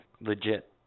Legit